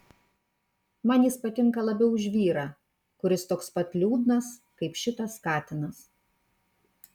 man jis patinka labiau už vyrą kuris toks pat liūdnas kaip šitas katinas